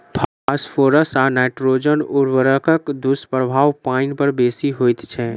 phosphorus आ nitrogen उर्वरकक दुष्प्रभाव पाइन पर बेसी होइत छै